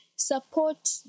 Support